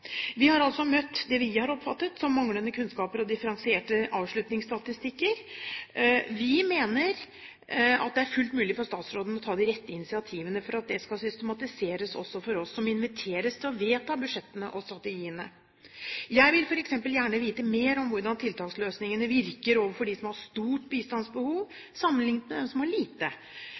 Vi har altså møtt det vi har oppfattet som manglende kunnskaper og differensierte avslutningsstatistikker. Vi mener at det er fullt mulig for statsråden å ta de rette initiativene, slik at dette skal systematiseres også for oss som inviteres til å vedta budsjettene og strategiene. Jeg vil f.eks. gjerne vite mer om hvordan tiltaksløsningene virker overfor dem som har stort bistandsbehov, sammenlignet med dem som har lite.